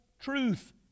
truth